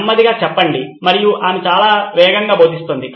నెమ్మదిగా చెప్పండి మరియు ఆమె చాలా వేగంగా భొదిస్తొంది